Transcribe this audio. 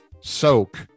soak